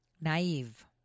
Naive